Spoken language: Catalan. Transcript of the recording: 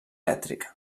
elèctrica